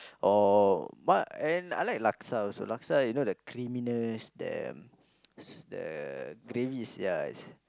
or what and I like laksa also laksa you know the creaminess the s~ the gravy is ya is